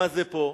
מה זה פה,